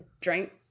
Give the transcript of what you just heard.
drink